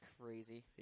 crazy